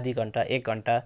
आधी घन्टा एक घन्टा